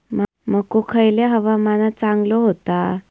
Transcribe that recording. मको खयल्या हवामानात चांगलो होता?